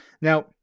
now